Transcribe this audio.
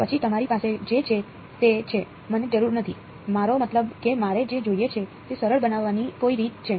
અને પછી તમારી પાસે જે છે તે છે મને જરૂર નથી મારો મતલબ કે મારે જે જોઈએ છે તે સરળ બનાવવાની કોઈ રીત છે